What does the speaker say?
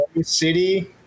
city